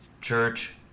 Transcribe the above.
church